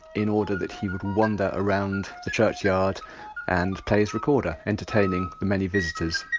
in order that he would wander around the churchyard and play his recorder, entertaining the many visitors